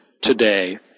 today